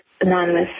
anonymous